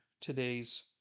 today's